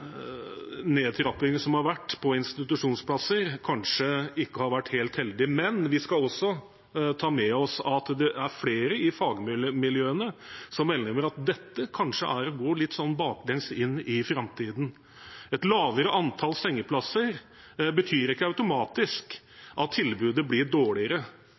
nedtrappingen som har vært av institusjonsplasser, kanskje ikke har vært helt heldig, men vi skal også ta med oss at det er flere i fagmiljøene som melder om at dette kanskje er å gå litt baklengs inn i framtiden. Et lavere antall sengeplasser betyr ikke automatisk at tilbudet blir dårligere.